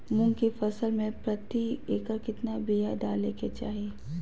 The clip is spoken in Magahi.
मूंग की फसल में प्रति एकड़ कितना बिया डाले के चाही?